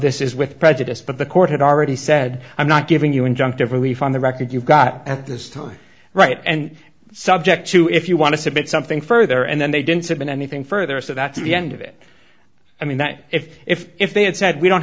this is with prejudice but the court had already said i'm not giving you injunctive relief on the record you've got at this time right and subject to if you want to submit something further and then they didn't submit anything further so that's the end of it i mean that if if if they had said we don't